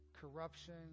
corruption